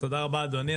תודה רבה אדוני.